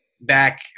back